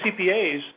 CPAs